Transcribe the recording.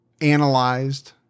analyzed